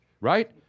right